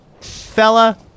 fella